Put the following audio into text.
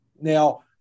Now